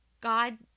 God